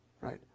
Right